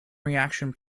reaction